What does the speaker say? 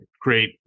great